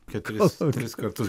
keturis tris kartus